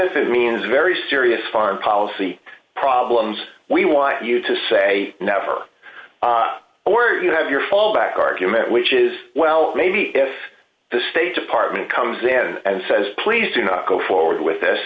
if it means very serious foreign policy problems we want you to say never or you have your full back argument which is well maybe if the state department comes in and says please do not go forward with this